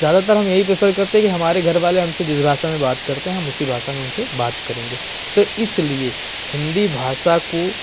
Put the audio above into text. ज़्यादातर हम यही प्रिफर करते हैं कि हमारे घरवाले हमसे जिस भाषा में बात करते हैं हम उसी भाषा में उनसे बात करेंगे तो इसलिए हिंदी भाषा को